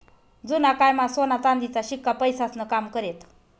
जुना कायमा सोना चांदीचा शिक्का पैसास्नं काम करेत